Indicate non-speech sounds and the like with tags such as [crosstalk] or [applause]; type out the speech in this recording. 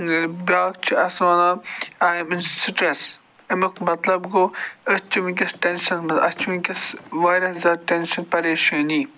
[unintelligible] بیٛاکھ چھِ اَسہِ وَنان آی ایم اِن سِٹرٮ۪س اَمیُک مطلب گوٚو أسۍ چھِ وٕنۍکٮ۪س ٹٮ۪نٛشنس منٛز اَسہِ چھِ وٕنۍکٮ۪س وارِیاہ زیادٕ ٹٮ۪نٛشن پریشٲنی